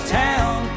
town